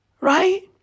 right